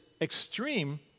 extreme